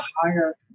higher